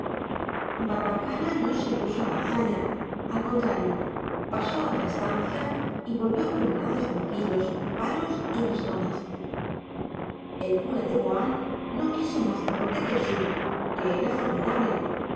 barbacana no se opuso a la hazaña al contrario pasó a otra estancia y volvió con un haz de junquillos palos y bastones el cura de boán no quiso más garrote que el suyo que era formidable